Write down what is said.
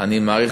אני מעריך.